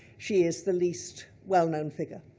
she is the least well-known figure.